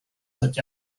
such